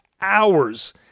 hours